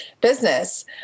business